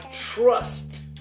trust